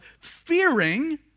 fearing